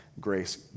grace